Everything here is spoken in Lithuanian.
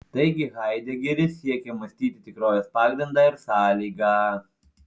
taigi haidegeris siekia mąstyti tikrovės pagrindą ir sąlygą